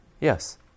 Yes